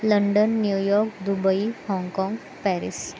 London New York Dubai Hong Kong Paris